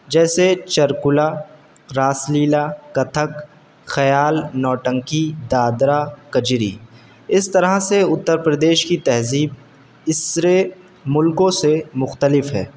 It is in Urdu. جیسے چرکلہ راس لیلا کتھک خیال نوٹنکی دادرا کجری اس طرح سے اتر پردیش کی تہذیب اس سرے ملکوں سے مختلف ہے